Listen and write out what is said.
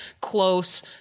close